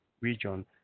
region